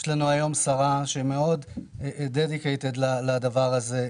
יש לנו היום שרה שמאוד מחויבת לנושא הזה,